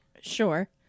Sure